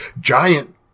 giant